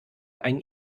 einen